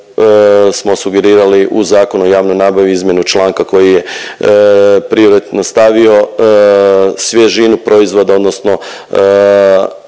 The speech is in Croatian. smo sugerirali u Zakonu o javnoj nabavi izmjenu članka koji je prioritetno stavio svježinu proizvoda odnosno